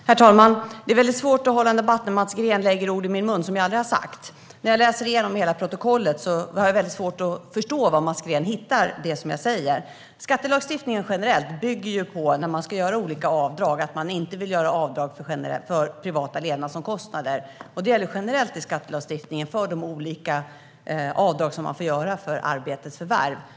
Svar på interpellationer Herr talman! Det är svårt att delta i en debatt där Mats Green lägger ord i min mun. När jag läser igenom hela protokollet har jag svårt att förstå var Mats Green hittar det som jag påstås ha sagt. När det gäller olika avdrag bygger skattelagstiftningen generellt på att det inte ska göras avdrag för privata levnadsomkostnader. Det gäller generellt i skattelagstiftningen, för de olika avdrag som man får göra för arbetets förvärv.